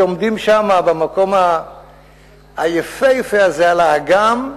כשעומדים שם במקום היפהפה הזה על האגם,